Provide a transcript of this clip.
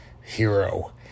hero